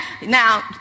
Now